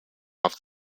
off